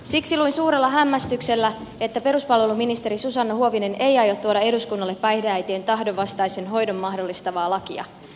siksi luin suurella hämmästyksellä että peruspalveluministeri susanna huovinen ei aio tuoda eduskunnalle päihdeäitien tahdonvastaisen hoidon mahdollistavaa lakia